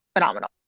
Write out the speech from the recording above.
Phenomenal